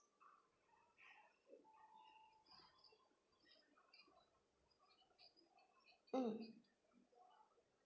mm